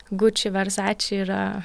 guči versači yra